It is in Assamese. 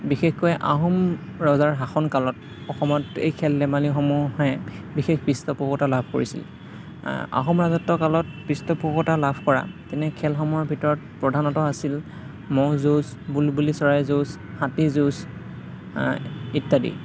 বিশেষকৈ আহোম ৰজাৰ শাসনকালত অসমত এই খেল ধেমালিসমূহে বিশেষ পৃষ্ঠপোষকতা লাভ কৰিছিল আহোম ৰাজত্ব কালত পৃষ্ঠপোষকতা লাভ কৰা তেনে খেলসমূহৰ ভিতৰ প্ৰধানত আছিল ম'হ যুঁজ বুলবুলি চৰাই যুঁজ হাতী যুঁজ ইত্যাদি